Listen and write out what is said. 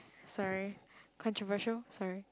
sorry controversial sorry